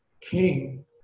king